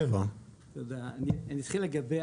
נתחיל לגבי